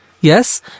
Yes